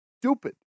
stupid